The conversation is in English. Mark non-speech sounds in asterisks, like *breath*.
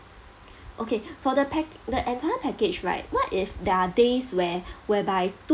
okay *breath* for the pack~ the entire package right what if there are days where *breath* whereby